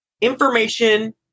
Information